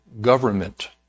government